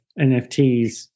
NFTs